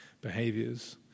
behaviors